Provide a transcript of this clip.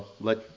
let